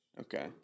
Okay